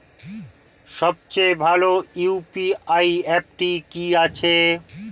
সবচেয়ে ভালো ইউ.পি.আই অ্যাপটি কি আছে?